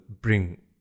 bring